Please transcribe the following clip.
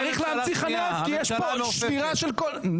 צריך להמציא חניות כי יש פה שמירה של כל --- לא תהיה ממשלה שנייה,